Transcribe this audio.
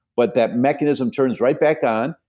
but that mechanism turns right back on.